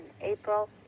April